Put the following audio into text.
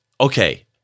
Okay